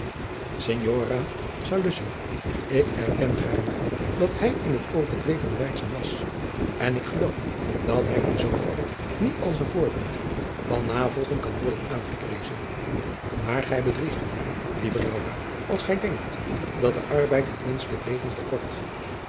saluzzo ik erken gaarne dat hij in het overdrevene werkzaam was en ik geloof dat hij in zooverre niet als een voorbeeld van navolging kan worden aangeprezen maar gij bedriegt u lieve laura als gij denkt dat de arbeid het menschelijk leven verkort